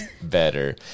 better